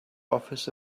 office